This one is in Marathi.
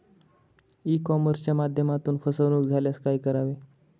ई कॉमर्सच्या माध्यमातून फसवणूक झाल्यास काय करावे?